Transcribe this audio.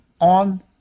on